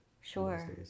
Sure